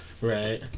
Right